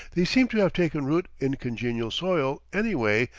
they seem to have taken root in congenial soil, anyway,